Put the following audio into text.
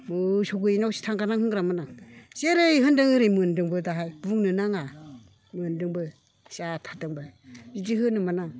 मोसौ गैयैनावसो थांगोन आं होनग्रामोन आं जेरै होनदों एरै मोनदोंबोदाहाय बुंनो नाङा मोनदोंबो जाथारदोंबो बिदि होनोमोन आं